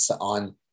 on